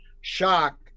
shock